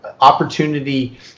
opportunity